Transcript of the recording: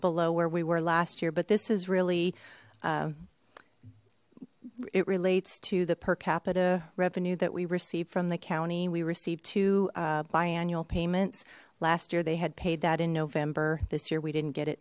below where we were last year but this is really it relates to the per capita revenue that we received from the county we received to biannual payments last year they had paid that in november this year we didn't get it